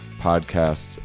podcast